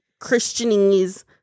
Christianese